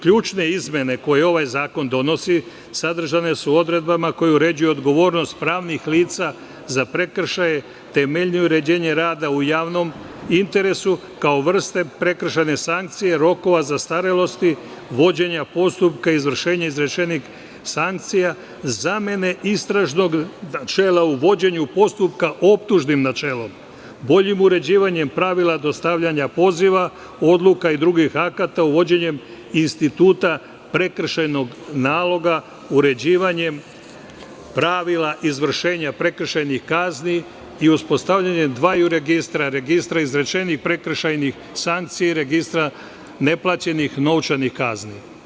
Ključne izmene koji ovaj zakon donosi, sadržane su odredbama koje uređuju odgovornost pravnih lica za prekršaje, temeljnije uređenje rada u javnom interesu kao vrste prekršajne sankcije, rokova zastarelosti, vođenja postupka izvršenje izrečenih sankcija, zamene istražnog načela u vođenju postupka optužnim načelom, boljim uređivanjem pravila dostavljanja poziva odluka i drugih akata, uvođenjem instituta prekršajnog naloga, uređivanjem pravila izvršenja prekršajnih kazni i uspostavljanje dvaju registra, registra izrečenih prekršajnih sankcija i registra neplaćenih novčanih kazni.